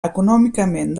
econòmicament